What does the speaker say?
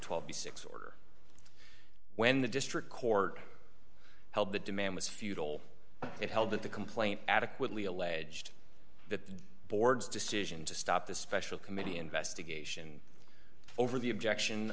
twelve the six order when the district court held the demand was futile it held that the complaint adequately alleged the board's decision to stop the special committee investigation over the objection